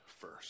first